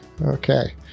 Okay